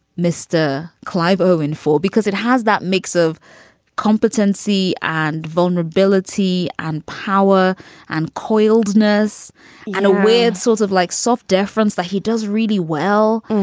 mr. clive owen for because it has that mix of competency and vulnerability and power and coldness and a weird sort of like soft deference that he does really well.